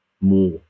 more